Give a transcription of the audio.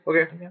okay